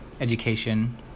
education